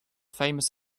famous